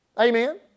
Amen